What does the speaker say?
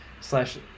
slash